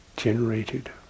generated